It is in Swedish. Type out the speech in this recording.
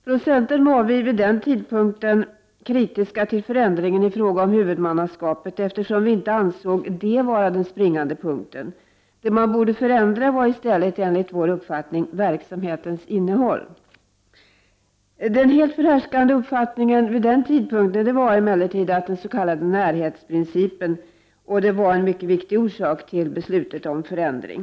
Från centern var vi vid den tidpunkten kritiska till förändringen i fråga om huvudmannaskapet, eftersom vi inte ansåg det vara den springande punkten. Det som enligt vår uppfattning borde förändras var i stället verksamhetens innehåll. Den helt förhärskande uppfattningen vid den tidpunkten var emellertid den s.k. närhetsprincipen, och det var en mycket viktig orsak till beslutet om förändring.